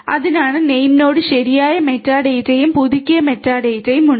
അതിനാൽ നെയിംനോഡിന് ശരിയായ മെറ്റാഡാറ്റയും പുതുക്കിയ മെറ്റാഡാറ്റയും ഉണ്ട്